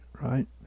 right